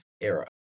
era